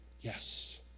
yes